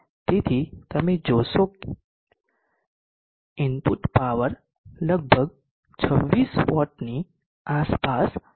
તેથી તમે જોશો કે ઇનપુટ પાવર લગભગ 26 વોટની આસપાસ ફરતી હોય છે